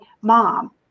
mom